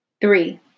Three